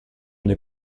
n’ai